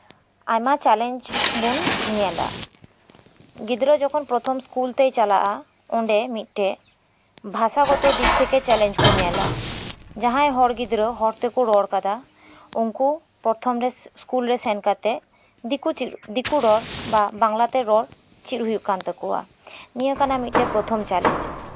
ᱟᱭᱢᱟ ᱪᱮᱞᱮᱧᱡᱽ ᱵᱚᱱ ᱧᱮᱞᱟ ᱜᱤᱫᱽᱨᱟᱹ ᱡᱚᱠᱷᱚᱱ ᱯᱨᱚᱛᱷᱚᱢ ᱥᱠᱩᱞ ᱛᱮᱭ ᱪᱟᱞᱟᱜᱼᱟ ᱚᱸᱰᱮ ᱢᱤᱫᱴᱮᱱ ᱵᱷᱟᱥᱟ ᱜᱚᱛᱚ ᱫᱤᱠ ᱛᱷᱮᱹᱠᱮᱹ ᱪᱮᱞᱮᱧᱡᱽ ᱠᱚ ᱧᱮᱞᱟ ᱡᱟᱦᱟᱸᱭ ᱦᱚᱲ ᱜᱤᱫᱽᱨᱟᱹ ᱦᱚᱲ ᱛᱮᱠᱚ ᱨᱚᱲ ᱟᱠᱟᱫᱟ ᱩᱱᱠᱩ ᱯᱨᱛᱷᱚᱢ ᱨᱮ ᱥᱠᱩᱞ ᱨᱮ ᱥᱮᱱ ᱠᱟᱛᱮᱜ ᱫᱤᱠᱩ ᱨᱚᱲ ᱵᱟ ᱵᱟᱝᱞᱟᱛᱮ ᱨᱚᱲ ᱪᱮᱫ ᱦᱩᱭᱩᱜ ᱠᱟᱱ ᱛᱟᱠᱚᱣᱟ ᱱᱤᱭᱟᱹ ᱠᱟᱱᱟ ᱢᱤᱫᱴᱮᱱ ᱯᱨᱚᱛᱷᱚᱢ ᱪᱮᱞᱮᱧᱡᱽ